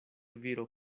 viro